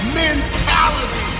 mentality